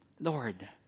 Lord